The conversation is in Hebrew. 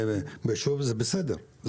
זה בסדר,